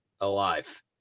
alive